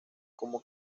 como